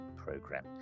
program